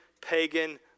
pagan